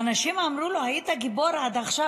ואנשים אמרו לו: היית גיבור עד עכשיו.